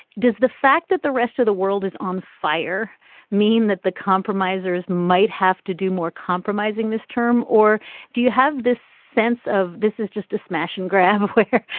does the fact that the rest of the world is on fire mean that the compromisers might have to do more compromising this term or do you have this sense of this is just a smash and grab affair.